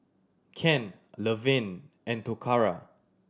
Kent Laverne and Toccara